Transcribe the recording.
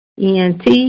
ENT